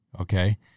okay